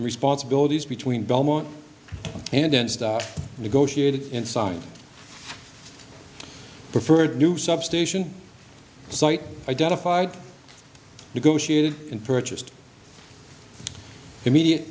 responsibilities between belmont and then negotiated inside the preferred new substation site identified negotiated and purchased immediate